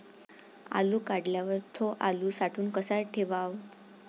आलू काढल्यावर थो आलू साठवून कसा ठेवाव?